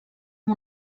amb